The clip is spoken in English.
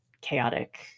chaotic